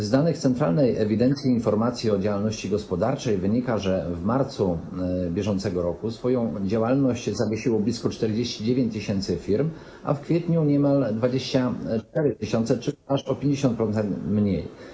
Z danych Centralnej Ewidencji i Informacji o Działalności Gospodarczej wynika, że w marcu br. swoją działalność zawiesiło blisko 49 tys. firm, a w kwietniu niemal 24 tys., czyli aż o 50% mniej.